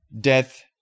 death